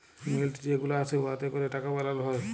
মিল্ট যে গুলা আসে উয়াতে ক্যরে টাকা বালাল হ্যয়